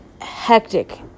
hectic